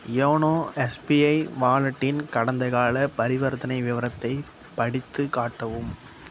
YONO SBI வாலெட்டின் கடந்தகால பரிவர்த்தனை விவரத்தை படித்துக் காட்டவும்